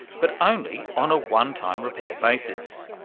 but only on a one time repair basis.